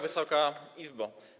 Wysoka Izbo!